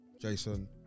Jason